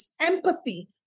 empathy